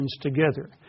together